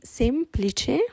semplice